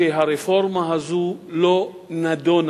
שהרפורמה הזו לא נדונה,